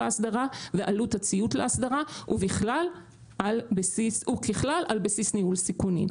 האסדרה ועלות הציות לאסדרה וככלל על בסיס ניהול סיכונים".